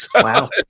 wow